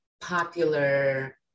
popular